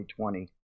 2020